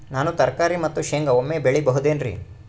ನಾನು ತರಕಾರಿ ಮತ್ತು ಶೇಂಗಾ ಒಮ್ಮೆ ಬೆಳಿ ಬಹುದೆನರಿ?